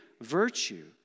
virtue